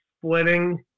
splitting